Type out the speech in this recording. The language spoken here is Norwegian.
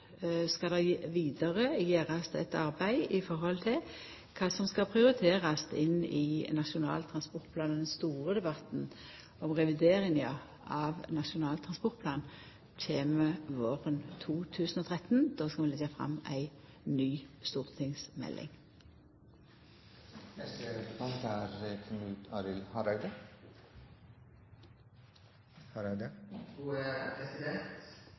skal det vidare gjerast eit arbeid med omsyn til kva som skal prioriterast inn i Nasjonal transportplan. Den store debatten om revideringa av Nasjonal transportplan kjem våren 2013. Då skal vi leggja fram ei ny stortingsmelding.